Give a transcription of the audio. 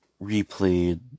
replayed